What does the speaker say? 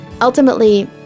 ultimately